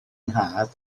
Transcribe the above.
nhad